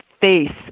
face